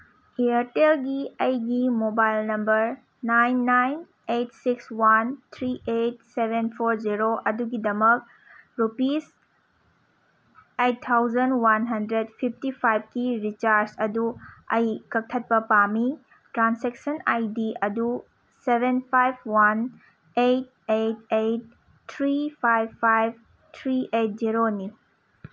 ꯏꯌꯔꯇꯦꯜꯒꯤ ꯑꯩꯒꯤ mobile number nine nine eight six one three eight seven four zero ꯑꯗꯨꯒꯤꯗꯃꯛ rupees eight thousand one hundred fifty ꯐꯥꯏꯚꯀꯤ recharge ꯑꯗꯨ ꯑꯩ ꯀꯛꯊꯠꯄ ꯄꯥꯝꯃꯤ ꯇ꯭ꯔꯥꯟꯁꯦꯛꯁꯟ ꯑꯥꯏ ꯗꯤ ꯑꯗꯨ seven five one eight eight eight three five five three eight ꯖꯦꯔꯣꯅꯤ